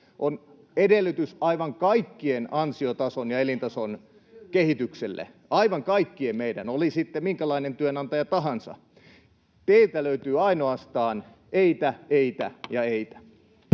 on edellytys aivan kaikkien ansiotason ja elintason kehitykselle — aivan kaikkien meidän, oli sitten minkälainen työnantaja tahansa. Teiltä löytyy ainoastaan eitä, eitä ja eitä.